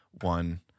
one